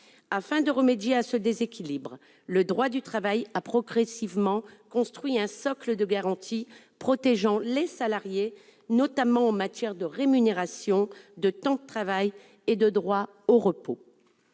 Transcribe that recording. Afin de remédier à ce déséquilibre, le droit du travail a progressivement construit un socle de garanties protégeant les salariés, notamment en matière de rémunération, de temps de travail et de droit au repos.